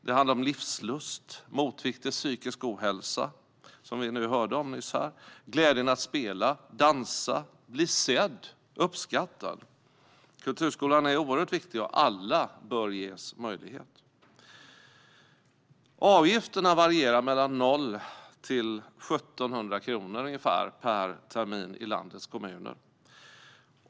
Det handlar om livslust, motvikt till psykisk ohälsa, något som vi nyss hörde om här, glädjen att spela, dansa, bli sedd och uppskattad. Kulturskolan är oerhört viktig, och alla bör ges denna möjlighet. Avgifterna varierar mellan 0 och 1 700 kronor per termin i landets kommuner.